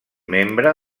membre